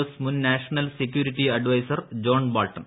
S മുൻ national security adviser John Bolton